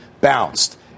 bounced